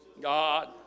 God